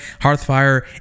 Hearthfire